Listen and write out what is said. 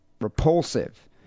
repulsive